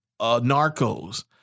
Narcos